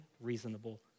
reasonable